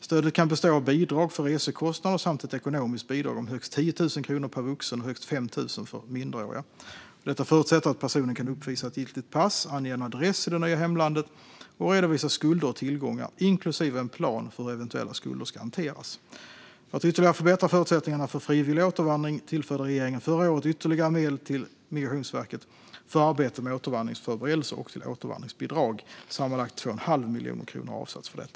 Stödet kan bestå av bidrag för resekostnader samt ett ekonomiskt bidrag om högst 10 000 kronor per vuxen och högst 5 000 för minderåriga. Detta förutsätter att personen kan uppvisa ett giltigt pass, ange en adress i det nya hemlandet och redovisa skulder och tillgångar, inklusive en plan för hur eventuella skulder ska hanteras. För att ytterligare förbättra förutsättningarna för frivillig återvandring tillförde regeringen förra året ytterligare medel till Migrationsverket för arbetet med återvandringsförberedelser och till återvandringsbidrag. Sammanlagt 2,5 miljoner kronor har avsatts för detta.